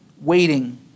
waiting